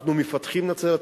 אנחנו מפתחים את נצרת.